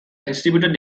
distributed